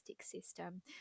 system